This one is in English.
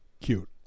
cute